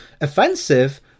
offensive